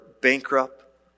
bankrupt